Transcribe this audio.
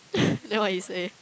then what you say